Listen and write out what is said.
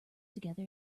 together